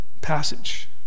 passage